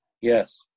yes